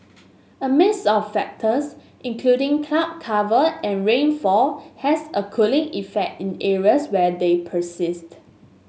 a mix of factors including cloud cover and rainfall has a cooling effect in areas where they persist